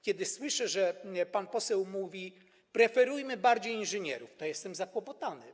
Kiedy słyszę, że pan poseł mówi: Preferujmy bardziej inżynierów, to jestem zakłopotany.